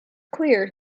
clear